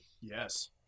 Yes